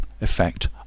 effect